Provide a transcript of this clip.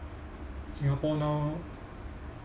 singapore now